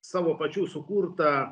savo pačių sukurtą